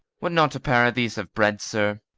would not a pair of these have bred, sir?